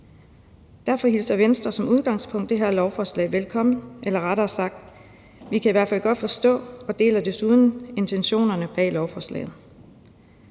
Derfor hilser Venstre som udgangspunkt det her lovforslag velkommen – eller rettere sagt: Vi kan i hvert fald godt forstå og deler desuden intentionerne bag lovforslaget.